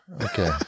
Okay